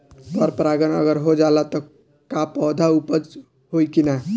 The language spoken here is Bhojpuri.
पर परागण अगर हो जाला त का पौधा उपज होई की ना?